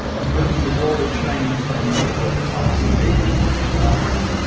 and virtually all the chinese i know, both policymakers and scholars,